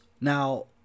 now